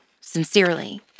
sincerely